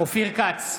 אופיר כץ,